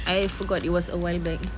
I forgot it was a while back